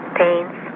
pains